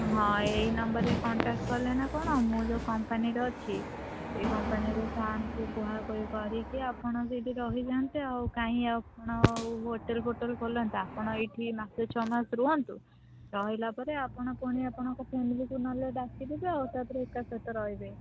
ହଁ ଏଇ ନମ୍ବର୍ରେ କଣ୍ଟାକ୍ଟ କଲେ ନା କ'ଣ ମୁଁ ଯେଉଁ କମ୍ପାନୀରେ ଅଛି ସେ କମ୍ପାନୀରେ ସାର୍ଙ୍କୁ କୁହାକହି କରିକି ଆପଣ ସେଇଠି ରହିଯାଆନ୍ତେ ଆଉ କାଇଁ ଆପଣ ଆଉ ହୋଟେଲ୍ ଫୋଟେଲ୍ ଖୋଲନ୍ତା ଆପଣ ଏଇଠି ମାସେ ଛଅ ମାସ ରୁହନ୍ତୁ ରହିଲା ପରେ ଆପଣ ଫୁଣି ଆପଣଙ୍କ ଫ୍ୟାମିଲିକୁ ନହେଲେ ଡାକିଦେବେ ଆଉ ତା'ପରେ ଏକା ସାଥେ ରହିବେ